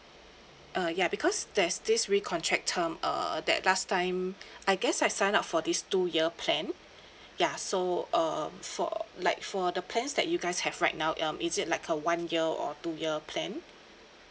uh ya because there's this recontract term err that last time I guess I sign up for this two year plan ya so um for like for the plans that you guys have right now um is it like a one year or two year plan